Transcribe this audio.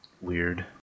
weird